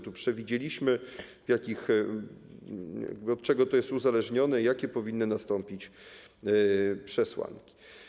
Tu przewidzieliśmy, od czego to jest uzależnione i jakie powinny nastąpić przesłanki.